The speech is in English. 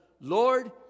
Lord